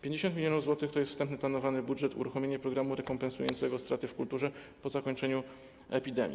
50 mln zł to jest wstępnie planowany budżet uruchomienia programu rekompensującego straty w kulturze po zakończeniu epidemii.